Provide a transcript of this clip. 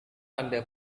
anda